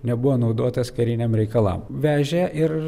nebuvo naudotas kariniam reikalam vežė ir